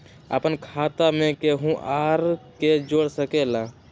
अपन खाता मे केहु आर के जोड़ सके ला?